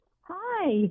Hi